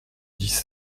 dix